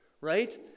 right